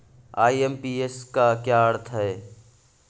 IMPS का क्या अर्थ है?